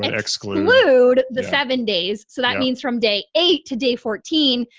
exclude the seven days. so that means from day eight to day fourteen,